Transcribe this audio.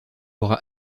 aura